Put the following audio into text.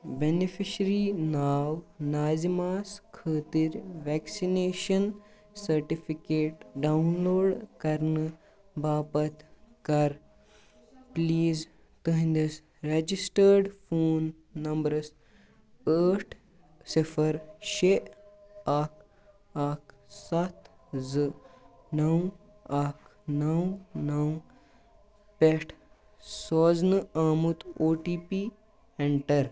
beneficiary ناو ناظِمہ ہس خٲطٕر ویٚکسِنیشن سرٹِفکیٹ ڈاون لوڈ کرنہٕ باپتھ کر پٕلیز تُہنٛدِس رجسٹرڈ فون نمبرس ٲٹھ صِفر شےٚ اکھ اکھ سَتھ زٕ نَو اکھ نَو نَو پٮ۪ٹھ سوزنہٕ آمُت او ٹی پی ایٚنٹر